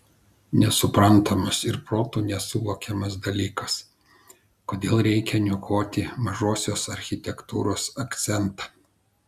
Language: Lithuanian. nesuprantamas ir protu nesuvokiamas dalykas kodėl reikia niokoti mažosios architektūros akcentą